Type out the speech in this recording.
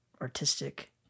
artistic